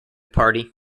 party